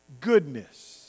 goodness